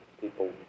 people